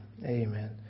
amen